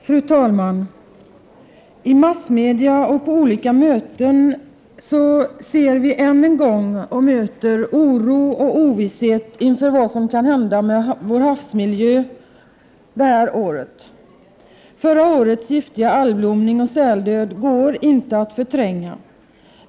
Fru talman! I massmedia och på olika möten möter vi än en gång oro och ovisshet inför vad som kan hända med vår havsmiljö detta år. Förra årets giftiga algblomning och säldöd går inte att förtränga.